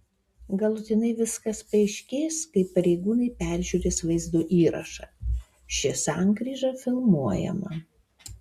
galutinai viskas paaiškės kai pareigūnai peržiūrės vaizdo įrašą ši sankryža filmuojama